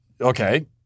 Okay